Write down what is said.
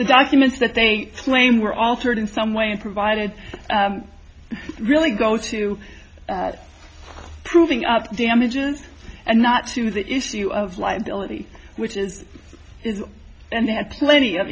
the documents that they claim were altered in some way and provided really goes to proving up damages and not to the issue of liability which is is and they have plenty of